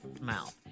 mouth